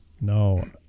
No